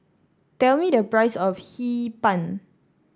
tell me the price of Hee Pan